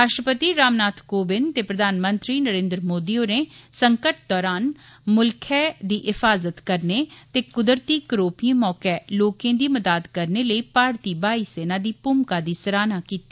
राश्ट्रपति रामनाथ कोविंद ते प्रधानमंत्री नरेन्द्र मोदी होरें संकट दरान मुल्खै दी हिफाजत करने ते कुदरती करोपिए मौके लोकें दी मदाद करने लेई भारती हवाई सेना दी भूमका दी सराह्ना कीती